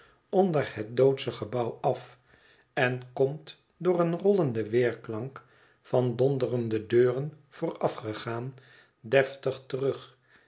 onder het doodsche gebouw af en komt door een rollenden weerklank van donderende deuren voorafgegaan deftig terug